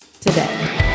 today